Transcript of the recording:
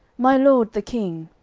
my lord the king.